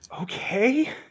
okay